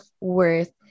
worth